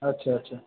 আচ্ছা আচ্ছা